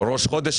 היום ראש חודש.